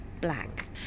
black